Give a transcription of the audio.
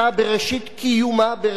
בראשית שנות הקמתה,